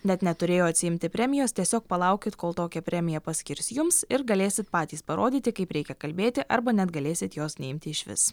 net neturėjo atsiimti premijos tiesiog palaukit kol tokią premiją paskirs jums ir galėsit patys parodyti kaip reikia kalbėti arba net galėsit jos neimti išvis